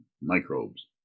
microbes